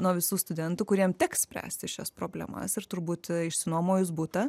nuo visų studentų kuriem teks spręsti šias problemas ir turbūt išsinuomojus butą